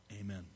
Amen